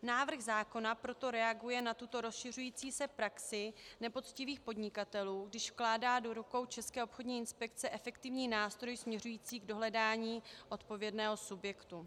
Návrh zákona proto reaguje na tuto rozšiřující se praxi nepoctivých podnikatelů, když vkládá do rukou České obchodní inspekce efektivní nástroj směřující k dohledání odpovědného subjektu.